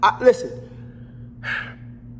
Listen